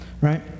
Right